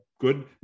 good